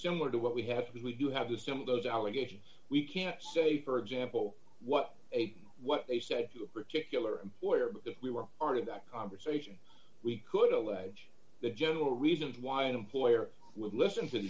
similar to what we have we do have to some of those allegations we can't say for example what what they said to a particular employer if we were part of that conversation we could allege the general reasons why an employer would listen to